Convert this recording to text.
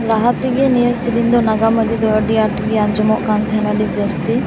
ᱞᱟᱦᱟᱛᱮᱜᱤ ᱱᱤᱭᱟᱹ ᱥᱮᱨᱮᱧ ᱫᱚ ᱱᱟᱜᱟᱢ ᱟᱹᱨᱤ ᱫᱚ ᱟᱹᱰᱤ ᱟᱸᱴ ᱜᱤ ᱟᱸᱡᱚᱢᱚᱜ ᱠᱟᱱ ᱛᱟᱦᱮᱱᱟ ᱟᱹᱰᱤ ᱡᱟᱹᱥᱛᱤ